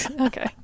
Okay